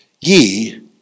ye